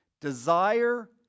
Desire